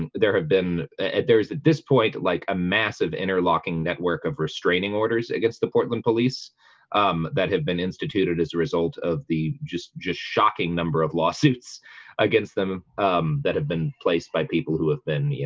and there have been there is at this point like a massive interlocking network of restraining orders against the portland police um that have been instituted as a result of the just just shocking number of lawsuits against them um that have been placed by people who have been, you know,